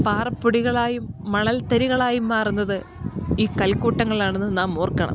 പാറപ്പൊടികളായും മണൽത്തരികളായും മാറുന്നത് ഈ കൽക്കൂട്ടങ്ങളാണെന്ന് നാം ഓർക്കണം